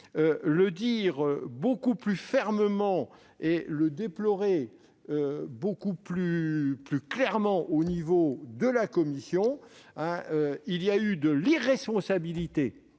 le dire beaucoup plus fermement et le déplorer beaucoup plus clairement dans le rapport de la commission, car il y a eu de l'irresponsabilité